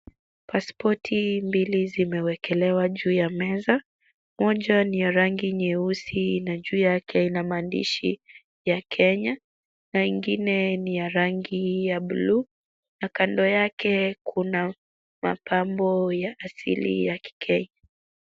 Pasipoti mbili zimewekelewa juu ya meza, moja ni ya rangi nyeusi na juu yake ina maandishi ya Kenya na ingine ni ya rangi ya bluu na kando yake kuna mapambo ya asili ya kikenya.